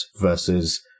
versus